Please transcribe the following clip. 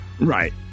Right